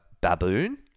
baboon